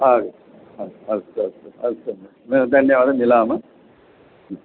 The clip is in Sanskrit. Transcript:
आ अस्तु अस्तु अस्तु अस्तु अस्तु धन्यवादः मिलामः हु